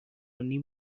نیم